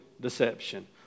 deception